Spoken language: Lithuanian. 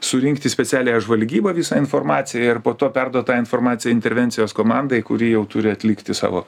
surinkti specialiąją žvalgybą visą informaciją ir po to perduot tą informaciją intervencijos komandai kuri jau turi atlikti savo